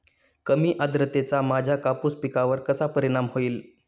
कमी आर्द्रतेचा माझ्या कापूस पिकावर कसा परिणाम होईल?